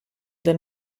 del